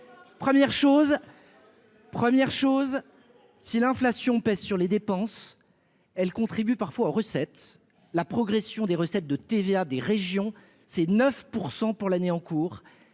Première chose : si l'inflation pèse sur les dépenses, elle contribue parfois aux recettes, la progression des recettes de TVA des régions, c'est 9 % pour l'année en cours,